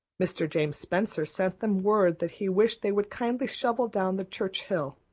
mr. james spencer sent them word that he wished they would kindly shovel down the church hill.